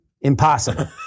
impossible